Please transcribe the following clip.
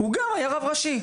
הוא גם היה רב ראשי,